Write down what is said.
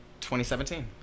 2017